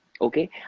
Okay